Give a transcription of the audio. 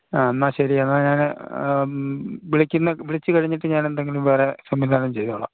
ആ എന്നാല് ശരി എന്നാല് ഞാന് വിളിച്ചുകഴിഞ്ഞിട്ട് ഞാനെന്തെങ്കിലും വേറെ സംവിധാനം ചെയ്തോളാം